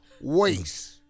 waste